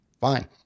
fine